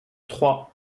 trois